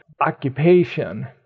occupation